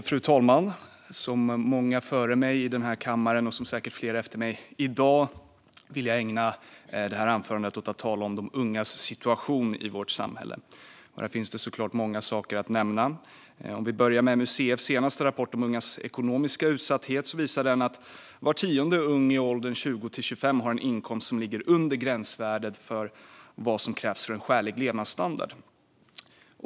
Fru talman! Som många före mig i den här kammaren och som säkert flera efter mig i dag vill jag ägna anförandet åt att tala om de ungas situation i vårt samhälle. Här finns såklart många saker att nämna. Låt oss börja med MUCF:s senaste rapport om ungas ekonomiska utsatthet. Den visar att var tionde ung i åldern 20-25 år har en inkomst som ligger under gränsvärdet för vad som krävs för en skälig levnadsstandard.